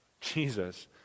Jesus